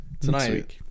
Tonight